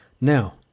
now